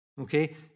Okay